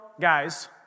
Guys